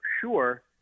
Sure